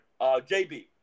JB